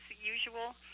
usual